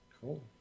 cool